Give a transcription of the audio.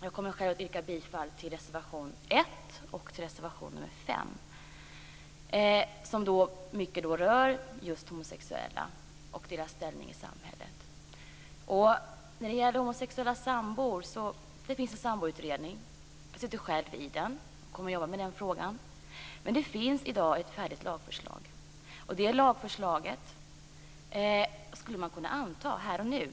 Jag kommer själv att yrka bifall till reservation 1 och till reservation 5. De rör i mycket homosexuella och deras ställning i samhället. När det gäller frågan om homosexuella sambor vill jag säga att det finns en samboutredning. Jag sitter själv med i den och kommer att jobba med den frågan. Det finns i dag ett färdigt lagförslag. Det lagförslaget skulle man kunna anta här och nu.